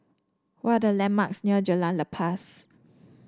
what are the landmarks near Jalan Lepas